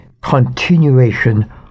continuation